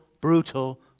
brutal